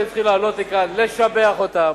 אתם צריכים לעלות לכאן לשבח אותם.